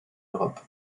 europe